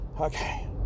Okay